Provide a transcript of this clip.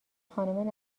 خانم